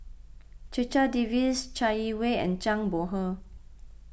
Checha Davies Chai Yee Wei and Zhang Bohe